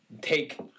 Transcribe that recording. take